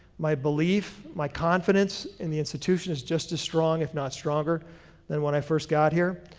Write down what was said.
my belief, my confidence in the institution is just as strong if not stronger than when i first got here,